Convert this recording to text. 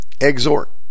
exhort